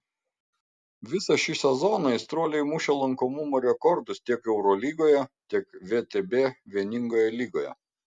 visą šį sezoną aistruoliai mušė lankomumo rekordus tiek eurolygoje tiek vtb vieningoje lygoje